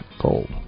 gold